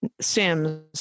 Sims